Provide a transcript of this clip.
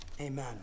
amen